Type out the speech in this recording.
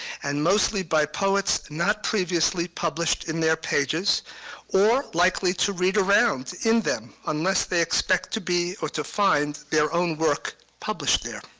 and mostly by poets not previously published in their pages or likely to read around in them unless they expect to be or to find their own work published there.